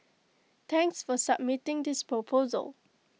thanks for submitting this proposal